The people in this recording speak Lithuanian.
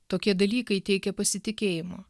tokie dalykai teikia pasitikėjimo